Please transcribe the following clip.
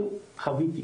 אני חוויתי